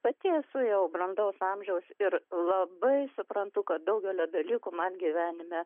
pati esu jau brandaus amžiaus ir labai suprantu kad daugelio dalykų man gyvenime